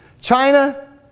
China